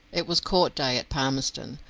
it was court day at palmerston,